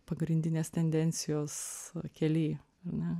pagrindinės tendencijos kely ane